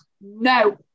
no